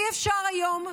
אי-אפשר היום,